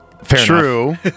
True